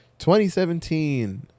2017